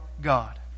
God